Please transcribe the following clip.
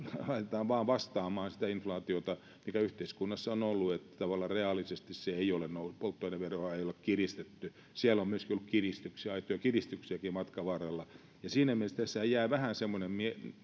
laitetaan vain vastaamaan sitä inflaatiota mikä yhteiskunnassa on ollut eli tavallaan reaalisesti polttoaineveroa ei olla kiristetty siellä on ollut myöskin aitoja kiristyksiä matkan varrella siinä mielessähän jää vähän semmoinen